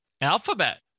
Alphabet